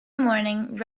morning